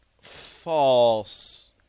False